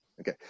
Okay